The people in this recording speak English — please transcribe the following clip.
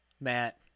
Matt